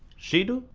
she do?